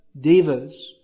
Devas